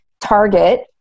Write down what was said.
Target